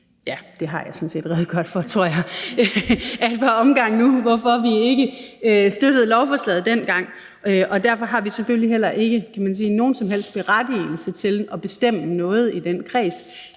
Det har jeg sådan set redegjort for, tror jeg, ad et par omgange nu, altså hvorfor vi ikke støttede lovforslaget dengang. Derfor har vi selvfølgelig heller ikke nogen som helst berettigelse til at bestemme noget i den kreds.